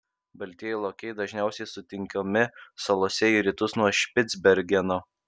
baltieji lokiai dažniausiai sutinkami salose į rytus nuo špicbergeno